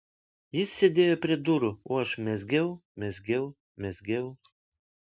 jis sėdėjo prie durų o aš mezgiau mezgiau mezgiau